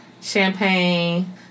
champagne